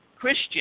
Christian